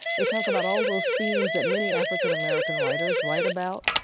they talk about all those themes that many african-american writers write about.